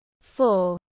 Four